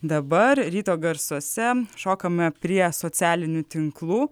dabar ryto garsuose šokame prie socialinių tinklų